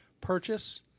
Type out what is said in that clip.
purchase—